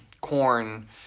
corn